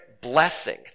blessing